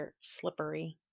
slippery